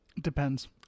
Depends